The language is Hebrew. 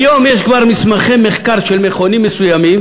היום יש כבר מסמכי מחקר של מכונים מסוימים